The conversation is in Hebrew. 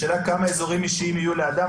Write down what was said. השאלה כמה אזורים אישיים יהיו לאדם,